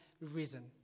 reason